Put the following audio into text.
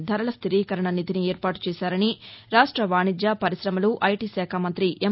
ధరల స్లిరీకరణ నిధిని ఏర్పాటు చేశారని రాక్ష వాణిజ్య పరిశమలుఐటీశాఖ మంతి ఎం